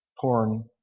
porn